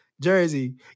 jersey